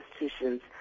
institutions